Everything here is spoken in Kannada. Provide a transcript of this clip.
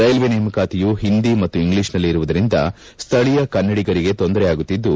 ರೈಲ್ವೆ ನೇಮಕಾತಿಯ ಹಿಂದಿ ಮತ್ತು ಇಂಗ್ಲಿಷ್ನಲ್ಲಿ ಇರುವುದರಿಂದ ಸ್ಥಳೀಯ ಕನ್ನಡಿಗರಿಗೆ ತೊಂದರೆಯಾಗುತ್ತಿದ್ದು